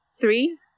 Three